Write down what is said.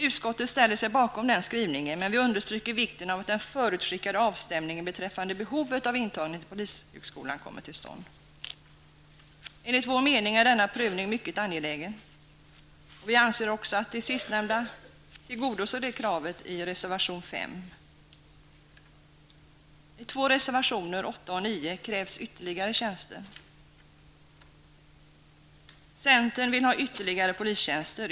Utskottet ställer sig bakom den skrivningen, men vi understryker vikten av att den förutskickade avstämningen beträffande behovet av intagning till polishögskolan kommer till stånd. Enligt utskottets mening är denna prövning mycket angelägen. Vi anser också att det sistnämnda tillgodoser kravet i reservation 5. I två reservationer, 8 och 9, krävs ytterligare tjänster. Centern vill ha ytterligare polistjänster.